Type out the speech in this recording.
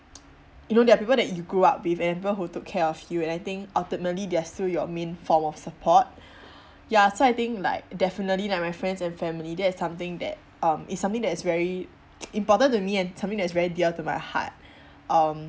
you know there are people that you grew up with and people who took care of you and I think ultimately they are still your main form of support ya so I think like definitely like my friends and family that is something that um is something that is very important to me and something that is very dear to my heart um